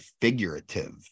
figurative